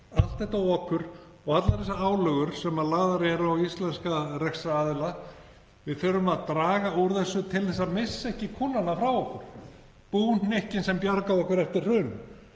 allt þetta okur og allar þessar álögur sem lagðar eru á íslenska rekstraraðila. Við þurfum að draga úr þessu til að missa ekki kúnnana frá okkur, búhnykkinn sem bjargaði okkur eftir hrun,